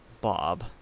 Bob